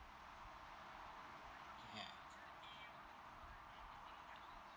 ah